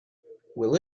will